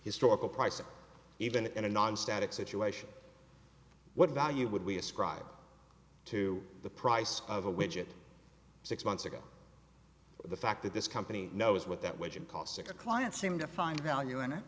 historical prices even in a non static situation what value would we ascribe to the price of a widget six months ago the fact that this company knows what that widget costs a client seem to find value in it